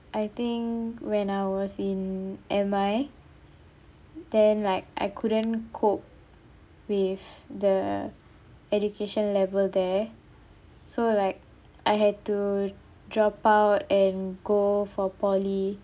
I think when I was in M_I then like I couldn't cope with the education level there so like I had to drop out and go for poly